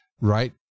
right